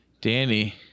Danny